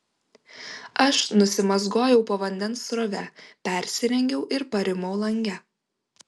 aš nusimazgojau po vandens srove persirengiau ir parimau lange